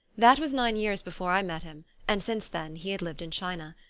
that was nine years before i met him and since then he had lived in china.